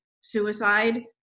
suicide